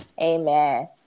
Amen